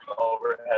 overhead